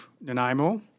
Nanaimo